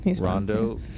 Rondo